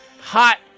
hot